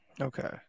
Okay